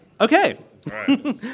Okay